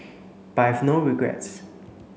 but I have no regrets